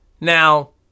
Now